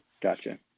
gotcha